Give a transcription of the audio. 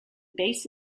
base